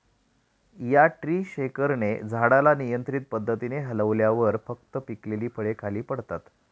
या ट्री शेकरने झाडाला नियंत्रित पद्धतीने हलवल्यावर फक्त पिकलेली फळे खाली पडतात